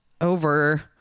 over